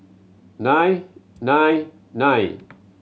nine nine nine